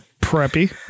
preppy